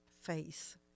face